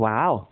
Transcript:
Wow